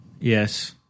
Yes